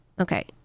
Okay